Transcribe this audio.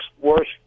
worse